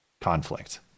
conflict